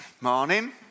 morning